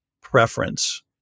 preference